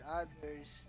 others